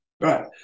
Right